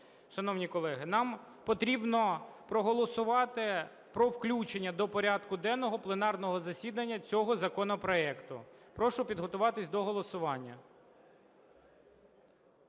Шановні колеги, нам потрібно проголосувати про включення до порядку денного пленарного засідання цього законопроекту. Прошу підготуватись до голосування.